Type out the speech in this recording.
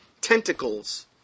tentacles